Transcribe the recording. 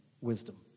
Wisdom